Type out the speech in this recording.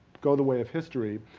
go the way of history,